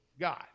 God